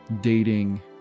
dating